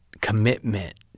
commitment